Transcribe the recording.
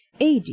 AD